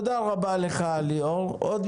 עשור.